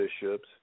bishops